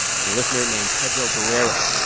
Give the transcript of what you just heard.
he's a listener named pedro guerrero.